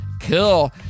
cool